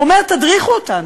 הוא אומר: תדריכו אותנו,